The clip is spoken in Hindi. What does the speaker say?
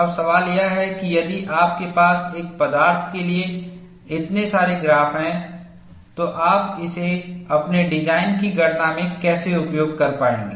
अब सवाल यह है कि यदि आपके पास एक पदार्थ के लिए इतने सारे ग्राफ हैं तो आप इसे अपने डिज़ाइन की गणना में कैसे उपयोग कर पाएंगे